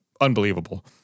unbelievable